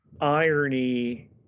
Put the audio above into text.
Irony